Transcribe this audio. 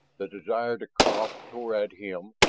the desire to cough tore at him,